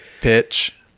Pitch